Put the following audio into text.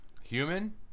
Human